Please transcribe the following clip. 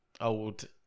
old